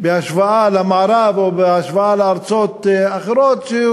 בהשוואה למערב או בהשוואה לארצות דומות,